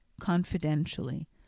confidentially